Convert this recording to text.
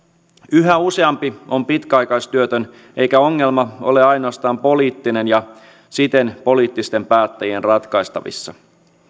yhä useampi on pitkäaikaistyötön eikä ongelma ole ainoastaan poliittinen ja siten poliittisten päättäjien ratkaistavissa